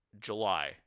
july